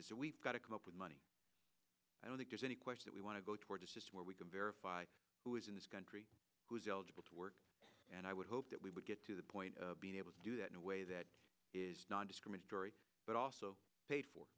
that we've got to come up with money i don't think there's any question that we want to go toward a system where we can verify who is in this country who's eligible to work and i would hope that we would get to the point of being able to do that in a way that is not discriminatory but also paid for